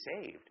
saved